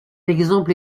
exemple